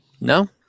No